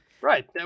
Right